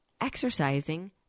exercising